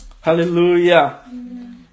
Hallelujah